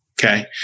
okay